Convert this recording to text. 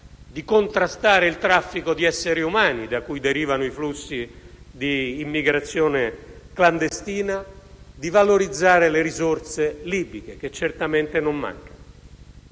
di contrastare il traffico di essere umani, da cui derivano i flussi di immigrazione clandestina, e di valorizzare le risorse libiche, che certamente non mancano.